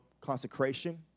consecration